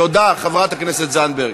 תודה, חברת הכנסת זנדברג.